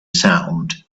sound